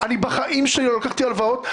בחיים שלי לא לקחתי הלוואות.